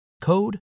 code